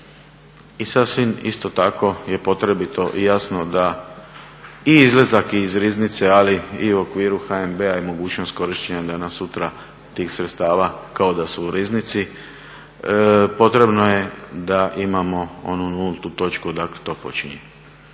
i sasvim isto tako je potrebito i jasno da i izlazak iz riznice, ali i u okviru HNB-a i mogućnost korištenja danas, sutra tih sredstava kao da su u riznici, potrebno je da imamo onu nultu točku odakle to počinje.